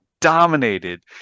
dominated